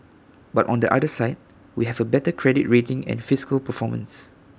but on the other side we have A better credit rating and fiscal performance